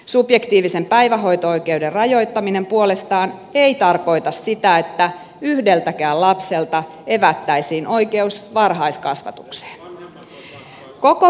subjektiivisen päivähoito oikeuden rajoittaminen puolestaan ei tarkoita sitä että yhdeltäkään lapselta evättäisiin oikeus varhaiskasvatukseen